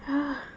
!hais!